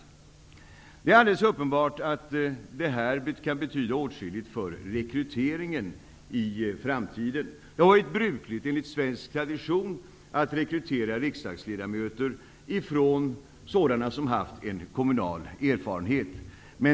Det är alldeles uppenbart att det här kan betyda åtskilligt för rekryteringen i framtiden. Det har varit brukligt, enligt svensk tradition, att rekrytera riksdagsledamöter bland personer med kommunal erfarenhet.